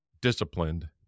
disciplined